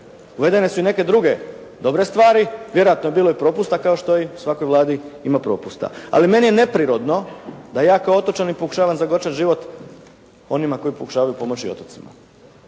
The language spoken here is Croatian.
uvedene su i neke druge dobre stvari, vjerojatno je bilo i propusta kao u što u svakoj vladi ima propusta, ali meni je neprirodno da ja kao otočanin pokušavam zagorčat život onima koji pokušavaju pomoći otocima.